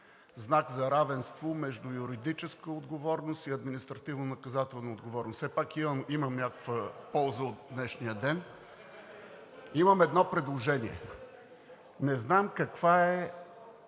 знак за равенство между юридическа отговорност и административнонаказателна отговорност. Все пак имам някаква полза от днешния ден. Имам едно предложение – не знам каква е